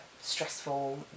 stressful